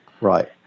Right